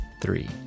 three